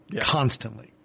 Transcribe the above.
Constantly